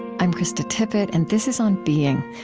i'm krista tippett, and this is on being.